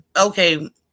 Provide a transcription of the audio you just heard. okay